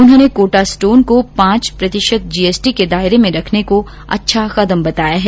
उन्होंने कोटा स्टोन को पांच प्रतिशत जीएसटी के दायरे में रखने को अच्छा कदम बताया है